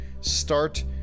start